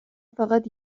فقط